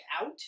out